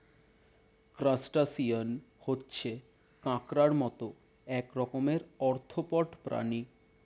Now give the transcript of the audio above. crustacean হচ্ছে কাঁকড়ার মত এক রকমের আর্থ্রোপড প্রাণী